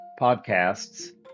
podcasts